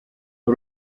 uru